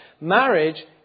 Marriage